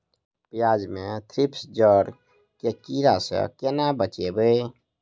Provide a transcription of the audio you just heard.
प्याज मे थ्रिप्स जड़ केँ कीड़ा सँ केना बचेबै?